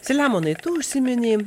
saliamonai tu užsiminei